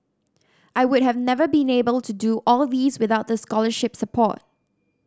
I would have never been able to do all these without the scholarship support